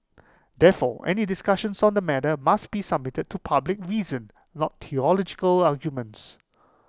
therefore any discussions on the matter must be submitted to public reason not theological arguments